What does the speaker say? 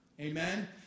Amen